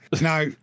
now